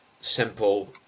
simple